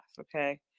Okay